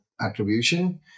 attribution